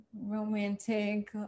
romantic